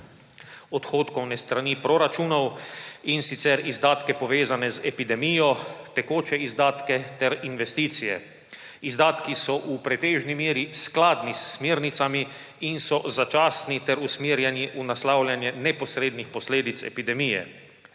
odhodkovne strani proračunov, in sicer izdatke, povezane z epidemijo, tekoče izdatke ter investicije. Izdatki so v pretežni meri skladni s smernicami in so začasni ter usmerjeni v naslavljanje neposrednih posledic epidemije.